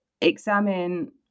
examine